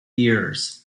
years